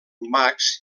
marx